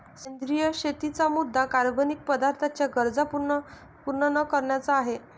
सेंद्रिय शेतीचा मुद्या कार्बनिक पदार्थांच्या गरजा पूर्ण न करण्याचा आहे